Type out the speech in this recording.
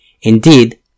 Indeed